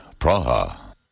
Praha